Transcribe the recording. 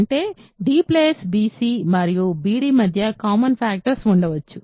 అంటే d bc మరియు bd మధ్య కామన్ ఫ్యాక్టర్స్ ఉండవచ్చు